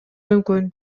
мүмкүн